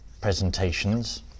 presentations